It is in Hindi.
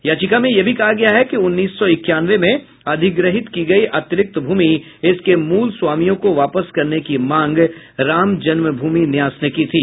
याचिका में यह भी कहा गया है कि उन्नीस सौ इक्यानवें में अधिग्रहित की गई अतिरिक्ति भूमि इसके मूल स्वामियों को वापस करने की मांग राम जन्मभूमि न्यास ने की थी